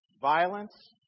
Violence